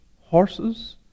horses